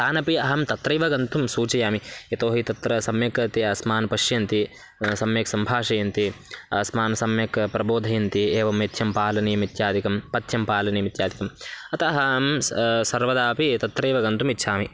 तानपि अहं तत्रैव गन्तुं सूचयामि यतोहि तत्र सम्यक् ते अस्मान् पश्यन्ति सम्यक् सम्भाषयन्ति अस्मान् सम्यक् प्रबोधयन्ति एवं पथ्यं पालनीयम् इत्यादिकं पथ्यं पालनीयम् इत्यादिकम् अतः अहं सर्वदा अपि तत्रैव गन्तुम् इच्छामि